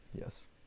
Yes